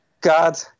god